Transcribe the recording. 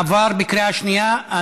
התשע"ח 2018, עברה בקריאה שנייה.